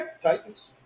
Titans